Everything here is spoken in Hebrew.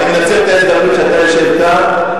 אני מנצל את ההזדמנות שאתה יושב כאן,